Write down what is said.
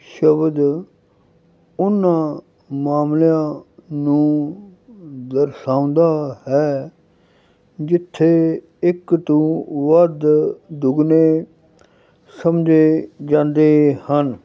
ਸ਼ਬਦ ਉਹਨਾਂ ਮਾਮਲਿਆਂ ਨੂੰ ਦਰਸਾਉਂਦਾ ਹੈ ਜਿੱਥੇ ਇੱਕ ਤੋਂ ਵੱਧ ਦੁੱਗਣੇ ਸਮਝੇ ਜਾਂਦੇ ਹਨ